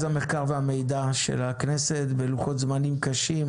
המחקר והמידע של הכנסת בלוחות זמנים קשים,